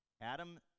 Adam